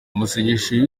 amasezerano